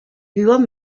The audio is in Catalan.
viuen